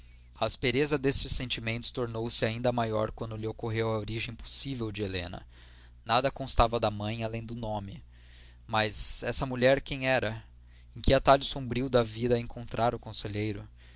aspereza destes sentimentos tornou-se ainda maior quando lhe ocorreu a origem possível de helena nada constava da mãe além do nome mas essa mulher quem era em que atalho sombrio da vida a encontrara o conselheiro